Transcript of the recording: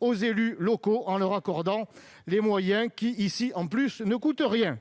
aux élus locaux en leur accordant les moyens nécessaires- quand cela ne coûte rien.